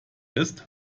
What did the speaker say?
ist